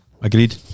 Agreed